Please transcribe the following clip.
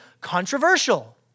controversial